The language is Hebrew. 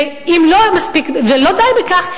ואם לא מספיק ולא די בכך,